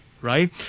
Right